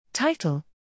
title